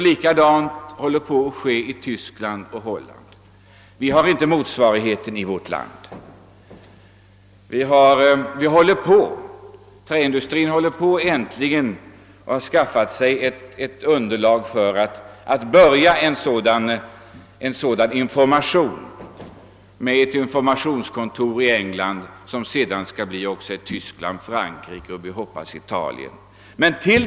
Detsamma håller på att ske i Tyskland och Holland. Vårt land har inte någon motsvarighet härtill. Träindustrin här har äntligen skaffat sig ett underlag för att börja ge sådan information med ett informationskontor i England, som sedan skall följas av informationskontor i Tyskland och Frankrike och, hoppas vi, även i Italien.